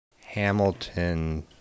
hamilton